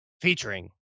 featuring